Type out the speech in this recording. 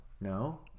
No